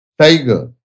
tiger